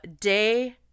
day